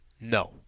No